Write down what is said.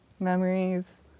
memories